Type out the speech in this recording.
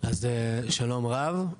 שלום רב,